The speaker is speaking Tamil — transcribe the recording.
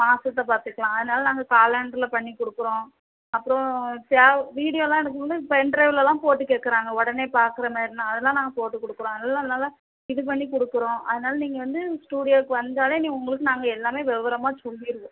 மாசத்தை பார்த்துக்கலாம் அதனால நாங்கள் காலெண்டருல பண்ணி கொடுக்குறோம் அப்புறம் ச வீடியோவெலாம் எடுக்கக்குள்ள பென்ட்ரைவ்லலாம் போட்டு கேட்குறாங்க உடனே பார்க்குறமேரின்னா அதெலாம் நாங்கள் போட்டு கொடுக்குறோம் அதெலாம் நல்ல இது பண்ணி கொடுக்குறோம் அதனால நீங்கள் வந்து ஸ்டுடியோவுக்கு வந்தாலே நீ உங்களுக்கு நாங்கள் எல்லாமே விவரமாக சொல்லிடுவோம்